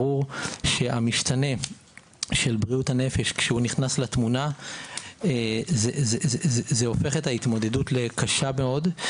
שהמשתנה של בריאות הנפש שנכנס לתמונה הופך את ההתמודדות לקשה מאוד.